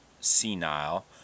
senile